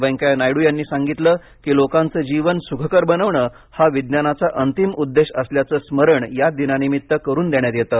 वेंकय्या नायडू यांनी सांगितलं की लोकांचं जीवन सुखकर बनविणे हा विज्ञानाचा अंतिम उद्देश असल्याचं स्मरण या दिनानिमित्त करुन देण्यात येतं